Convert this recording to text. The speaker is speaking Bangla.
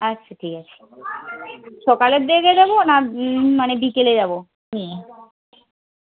আচ্ছা ঠিক আছে সকালের দিকে দে দেবো না মানে বিকেলে যাবো হুম